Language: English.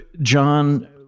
John